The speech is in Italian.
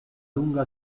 lunga